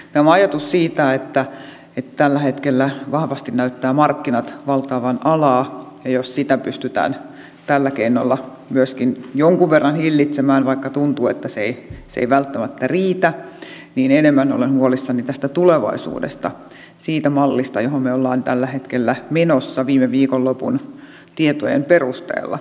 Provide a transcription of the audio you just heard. tämä ajatus siitä että tällä hetkellä vahvasti näyttävät markkinat valtaavan alaa ja jos sitä pystytään tällä keinolla myöskin jonkun verran hillitsemään vaikka tuntuu että se ei välttämättä riitä niin enemmän olen huolissani tästä tulevaisuudesta siitä mallista johon me olemme tällä hetkellä menossa viime viikonlopun tietojen perusteella